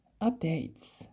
updates